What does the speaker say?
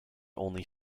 only